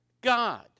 God